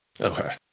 Okay